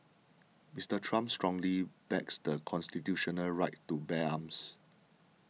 Mister Trump strongly backs the constitutional right to bear arms